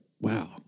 wow